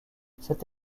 cette